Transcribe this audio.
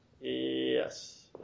Yes